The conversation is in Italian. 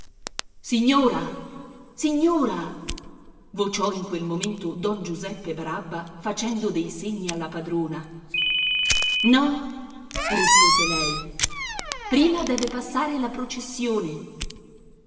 signora signora vociò in quel momento don giuseppe barabba facendo dei segni alla padrona no rispose lei prima deve passare la processione